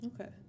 Okay